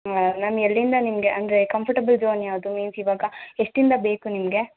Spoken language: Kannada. ನಾನು ಎಲ್ಲಿಂದ ನಿಮಗೆ ಅಂದರೆ ಕಂಫರ್ಟೇಬಲ್ ಯಾವುದು ಮೀನ್ಸ್ ಇವಾಗ ಎಷ್ಟ್ರಿಂದ ಬೇಕು ನಿಮಗೆ